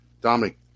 Dominic